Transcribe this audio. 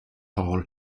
hall